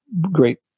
great